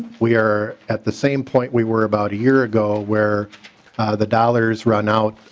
we are at the same point we were about a year ago where the dollars run out.